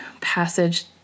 passage